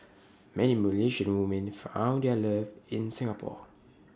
many Malaysian women found their love in Singapore